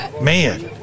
Man